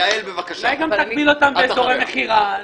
אולי גם תגביל אותם באזורי מכירה?